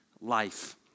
Life